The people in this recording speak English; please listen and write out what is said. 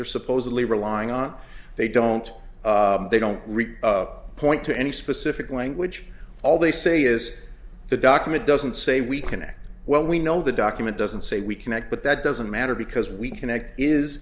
they're supposedly relying on they don't they don't read point to any specific language all they say is the document doesn't say we connect well we know the document doesn't say we connect but that doesn't matter because we connect is